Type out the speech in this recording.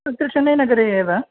तत्र चेन्नैनगरे एव